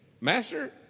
master